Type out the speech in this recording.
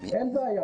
על זה הוא מדבר.